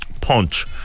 punch